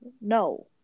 No